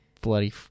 bloody